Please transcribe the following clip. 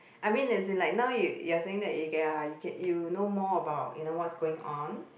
I mean as in like now you you're saying that ya you know more about you know what's going on